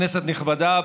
כנסת נכבדה,